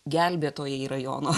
gelbėtojai rajono